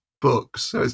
books